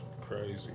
Crazy